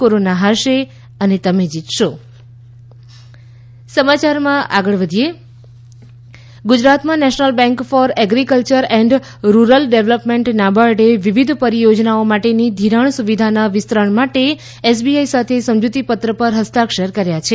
corona હારશે તમે જીતશો નાબાર્ડ એસબીઆઈ ગુજરાતમાં national bank for agriculture and rural development નાબાર્ડે વિવિધ પરિયોજનાઓ માટેની ઘિરાણ સુવિધાનાં વિસ્તરણ માટે એસબીઆઈ સાથે સમજૂતી પત્ર પર ફસ્તાક્ષર કર્યા છે